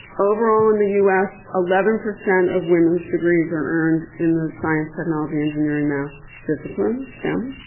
overall in the us eleven percent of women's degrees are earned in the science, technology, engineering, maths disciplines, stem,